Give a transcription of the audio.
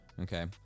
Okay